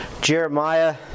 Jeremiah